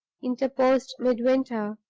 interposed midwinter.